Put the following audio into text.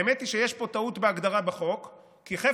האמת היא שיש פה טעות בהגדרה בחוק וכפילות,